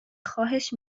خواهش